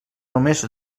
només